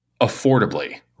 Affordably